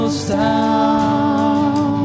Down